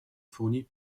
fournis